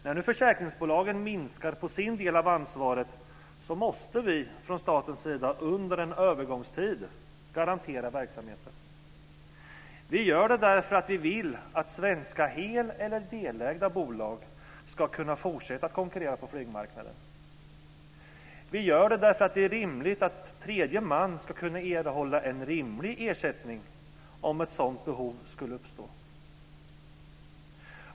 När nu försäkringsbolagen minskar på sin del av ansvaret måste vi från statens sida under en övergångstid garantera verksamheten. Vi gör det därför att vi vill att svenska heleller delägda bolag ska kunna fortsätta att konkurrera på flygmarknaden. Vi gör det därför att det är rimligt att tredje man ska kunna erhålla en rimlig ersättning om ett sådant behov skulle uppstå.